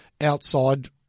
outside